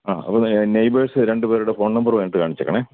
ആ അതുപോലെ തന്നെ നൈബേഴ്സ്സ് രണ്ടു പേരുടെ ഫോൺ നമ്പറും അതിനകത്ത് കാണിച്ചേക്കണേ